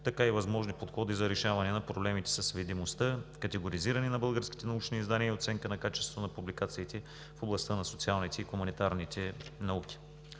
така и възможни подходи за решаване на проблемите с видимостта, категоризиране на българските научни издания и оценка на качеството на публикациите в областта на социалните и хуманитарните науки.